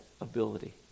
ability